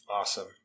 Awesome